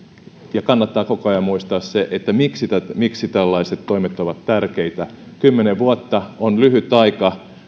ja kannattaa koko ajan muistaa se miksi tällaiset toimet ovat tärkeitä kymmenen vuotta on lyhyt aika